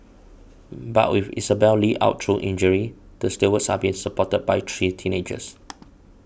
but with Isabelle Li out through injury the stalwarts are being supported by three teenagers